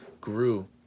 grew